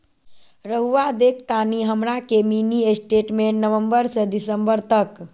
रहुआ देखतानी हमरा के मिनी स्टेटमेंट नवंबर से दिसंबर तक?